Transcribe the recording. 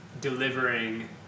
delivering